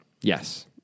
Yes